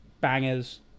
Bangers